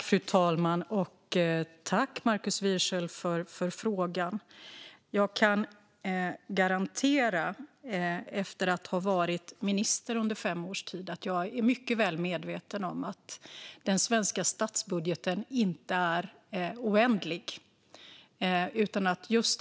Fru talman! Jag tackar Markus Wiechel för frågan. Efter att ha varit minister under fem års tid är jag mycket väl medveten om att den svenska statsbudgeten inte är oändlig.